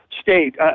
state